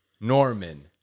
Norman